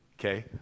Okay